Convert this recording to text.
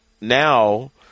now